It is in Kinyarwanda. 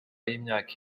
y’imyaka